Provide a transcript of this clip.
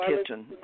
kitchen